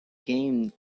game